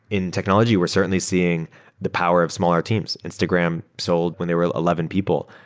in technology, we're certainly seeing the power of smaller teams. instagram sold when there were eleven people.